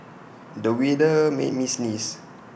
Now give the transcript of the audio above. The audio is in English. the weather made me sneeze